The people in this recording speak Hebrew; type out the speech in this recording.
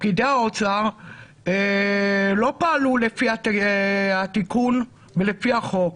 פקידי האוצר לא פעלו לפי התיקון ולפי החוק.